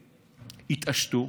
יתעשתו,